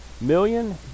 million